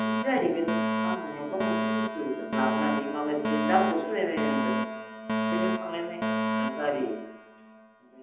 बिदिनो जाहैगोन आं माबा मोनसेसो बुस्थुफोर लाबोनानै माबायदि दामखौ सुनाय नायनांगोन ओंखायनो थांनाय नायनो गारि